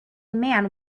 man